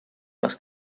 les